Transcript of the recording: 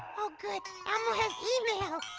oh good, elmo has email.